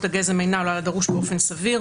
הגזם אינה עולה על הדרוש באופן סביר,